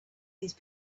these